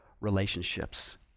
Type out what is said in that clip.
relationships